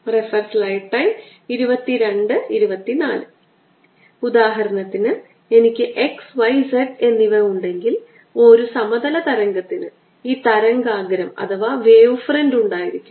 2 വശങ്ങൾ നോക്കൂ നിങ്ങൾക്ക് ഈ ഡെൽറ്റ r റദ്ദാക്കാം നമ്മൾ dr റദ്ദാക്കില്ല ഇത് യഥാർത്ഥത്തിൽ ഡെൽറ്റ r ആയി ആയിരിക്കണം